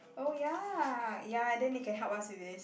oh ya ya then they can help us with this